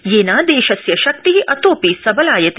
येन देशस्य शक्ति अतोऽपि सबलायते